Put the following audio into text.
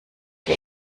der